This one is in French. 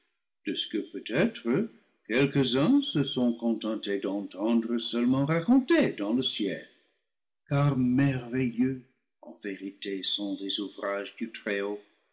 de ce que peut-être quelques-uns se sont contentés d'entendre seulement raconter dans le ciel car merveilleux en vérité sont les ouvrages du